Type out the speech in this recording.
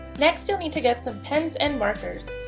next, you'll need to get some pens and markers.